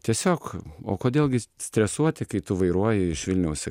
tiesiog o kodėl gi stresuoti kai tu vairuoji iš vilniaus į